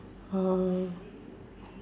uh